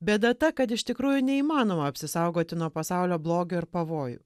bėda ta kad iš tikrųjų neįmanoma apsisaugoti nuo pasaulio blogio ir pavojų